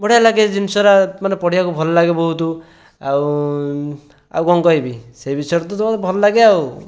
ବଢ଼ିଆ ଲାଗେ ଜିନିଷରା ମାନେ ପଢ଼ିବାକୁ ଭଲ ଲାଗେ ବହୁତ ଆଉ ଆଉ କଣ କହିବି ସେ ବିଷୟରେ ତ ଭଲ ଲାଗେ ଆଉ